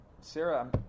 Sarah